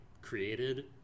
created